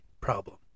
problem